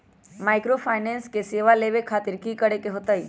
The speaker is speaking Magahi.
माइक्रोफाइनेंस के सेवा लेबे खातीर की करे के होई?